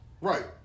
right